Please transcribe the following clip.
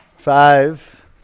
Five